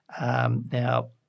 Now